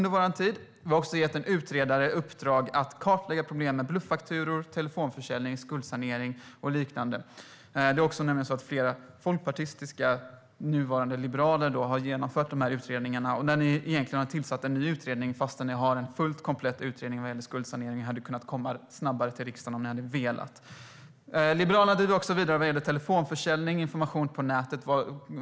En utredare har fått i uppdrag att kartlägga problemen med bluffakturor, telefonförsäljning, skuldsanering och liknade. Det är flera liberaler som har gjort olika utredningar. Nu har ni tillsatt en ny utredning fast det finns en fullt komplett utredning om skuldsanering, så ni hade kunnat komma snabbare till riksdagen ifall ni velat. Liberalerna drev också vidare frågan om telefonförsäljning och information på nätet.